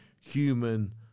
human